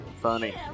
Funny